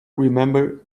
remember